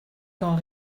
qu’en